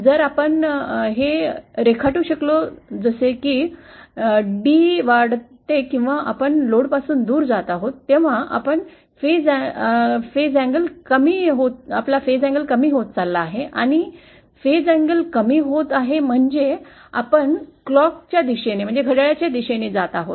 जर आपण हे रेखाटू शकलो जसे की d वाढते किंवा आपण लोडपासून दूर जात आहोत तेव्हा आपला फेज अँगल कमी होत चालला आहे आणि फेज अँगल कमी होत आहे म्हणजे आपण घड्याळाच्या दिशेने जात आहोत